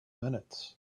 minutes